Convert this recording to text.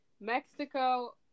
Mexico